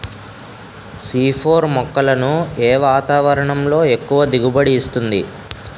C four మొక్కలను ఏ వాతావరణంలో ఎక్కువ దిగుబడి ఇస్తుంది?